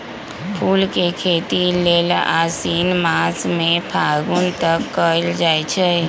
फूल के खेती लेल आशिन मास से फागुन तक कएल जाइ छइ